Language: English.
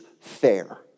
fair